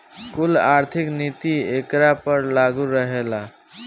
कुल आर्थिक नीति एकरा पर लागू रहेला